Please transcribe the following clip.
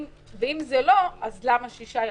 ואם זה לא אז למה 6 ימים?